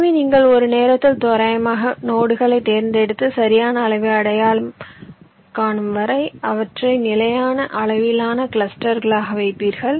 எனவே நீங்கள் ஒரு நேரத்தில் தோராயமாக நோடுகளைத் தேர்ந்தெடுத்து சரியான அளவை அடையும் வரை அவற்றை நிலையான அளவிலான கிளஸ்டர்களாக வைப்பீர்கள்